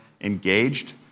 engaged